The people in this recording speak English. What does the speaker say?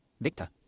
Victor